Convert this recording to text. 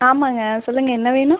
ஆமாங்க சொல்லுங்க என்ன வேணும்